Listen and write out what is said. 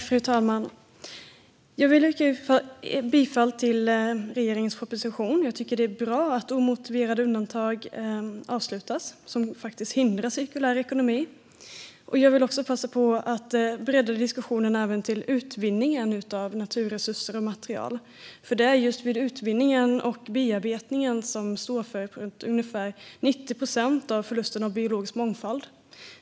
Fru talman! Jag vill yrka bifall till utskottets förslag i betänkandet. Det är bra att omotiverade undantag som hindrar en cirkulär ekonomi avslutas. Jag vill passa på att bredda diskussionen även till utvinningen av naturresurser och material. Det är just utvinningen och bearbetningen som står för ungefär 90 procent av förlusten av biologisk mångfald.